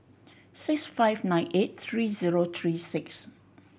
six five nine eight three zero three six